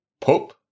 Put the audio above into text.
Pope